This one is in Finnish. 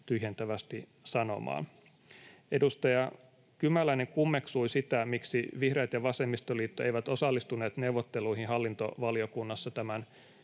tyhjentävästi sanomaan. Edustaja Kymäläinen kummeksui sitä, miksi vihreät ja vasemmistoliitto eivät osallistuneet neuvotteluihin hallintovaliokunnassa tämän